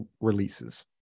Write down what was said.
releases